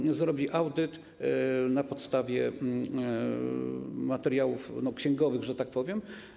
Nie, to zrobi audyt na podstawie materiałów księgowych, że tak powiem.